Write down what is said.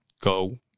go